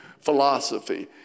philosophy